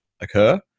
occur